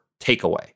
takeaway